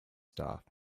staff